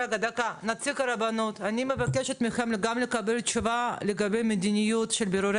יחד עם זאת אני כמובן מכיר בזכות של מדינת ישראל לנהל מדיניות הגירה.